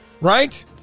Right